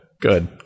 Good